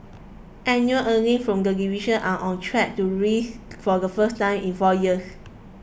annual earnings from the division are on track to rise for the first time in four years